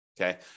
Okay